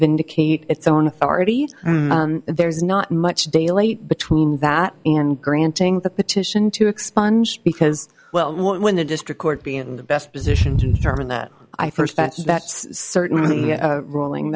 vindicate its own authority there's not much daylight between that and granting the petition to expunge because well when the district court be in the best position to determine that i first bet that's certainly a ruling